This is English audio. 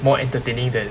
more entertaining than